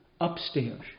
upstairs